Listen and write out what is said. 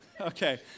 Okay